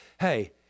hey